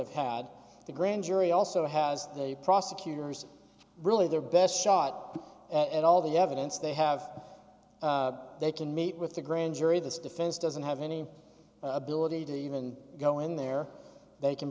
have had the grand jury also has the prosecutors really their best shot at all the evidence they have they can meet with the grand jury this defense doesn't have any ability to even go in there they can